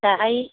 दाहाय